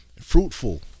fruitful